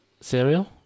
cereal